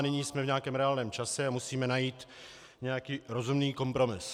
Nyní jsme v nějakém reálném čase a musíme najít nějaký rozumný kompromis.